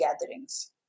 gatherings